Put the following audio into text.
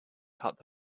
taught